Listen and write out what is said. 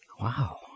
Wow